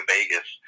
Vegas